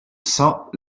cent